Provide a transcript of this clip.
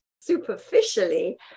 superficially